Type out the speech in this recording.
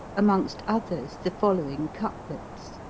amongst others the following couplets,